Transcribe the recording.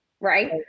Right